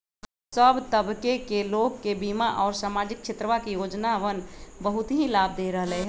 सब तबके के लोगन के बीमा और सामाजिक क्षेत्रवा के योजनावन बहुत ही लाभ दे रहले है